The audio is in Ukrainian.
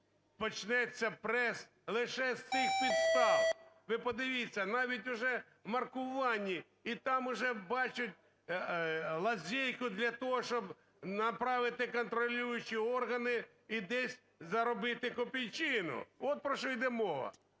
почнеться прес лише з цих підстав. Ви подивіться, навіть уже в маркуванні - і там уже бачать лазейку для того, щоб направити контролюючі органи і десь заробити копійчину. От про що йде мова.